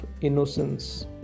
innocence